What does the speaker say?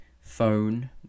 phone